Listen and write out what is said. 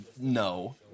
no